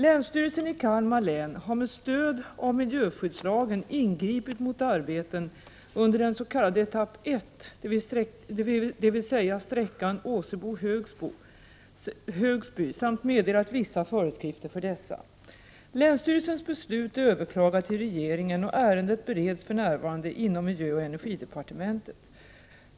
Länsstyrelsen i Kalmar län har med stöd av miljöskyddslagen ingripit mot arbeten under den s.k. etapp 1, dvs. sträckan Åsebo-Högsby, samt meddelat vissa föreskrifter för dessa. Länsstyrelsens beslut är överklagat till regeringen, och ärendet bereds för närvarande inom miljöoch energidepartementet.